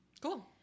Cool